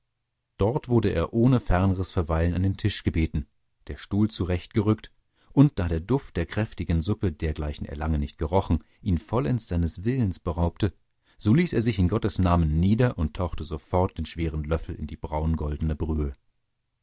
dort wurde er ohne ferneres verweilen an den tisch gebeten der stuhl zurechtgerückt und da der duft der kräftigen suppe dergleichen er lange nicht gerochen ihn vollends seines willens beraubte so ließ er sich in gottes namen nieder und tauchte sofort den schweren löffel in die braungoldene brühe